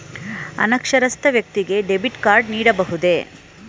ಅನಕ್ಷರಸ್ಥ ವ್ಯಕ್ತಿಗೆ debit card ನೀಡಬಹುದೇ?